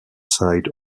side